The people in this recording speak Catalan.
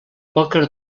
pòquer